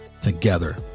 together